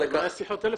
לא היו שיחות טלפון.